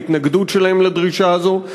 בהתנגדות שלהם לדרישה הזו.